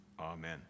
Amen